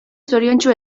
zoriontsu